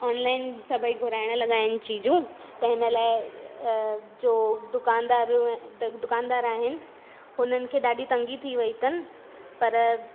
online सभई घुराइण लॻा आहिनि चीजूं त हिन लाइ जो दुकानदारूं आहिनि दुकानदार आहिनि उन्हनि खे ॾाढी तंगी थी वई अथनि पर